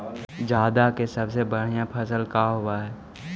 जादा के सबसे बढ़िया फसल का होवे हई?